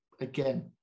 again